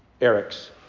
Eric's